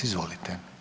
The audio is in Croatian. Izvolite.